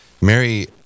Mary